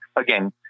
again